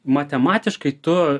matematiškai tu